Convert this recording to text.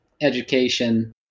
education